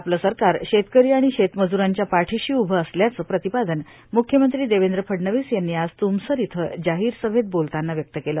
आपलं सरकार शेतकरी आणि शेत मज्रांच्या पाठिशी उभं असल्याचं प्रतिपादन म्ख्यमंत्री देवेंद्र फडणवीस यांनी आज त्मसर इथं जाहिर सभेत बोलतांना व्यक्त केलं